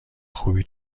خوبی